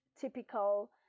typical